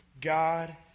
God